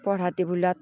পঢ়া টেবুলত